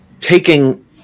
taking